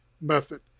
method